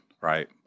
Right